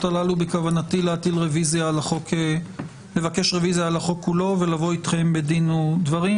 האלה בכוונתי לבקש רביזיה על החוק כולו ולבוא אתכם בדין ודברים,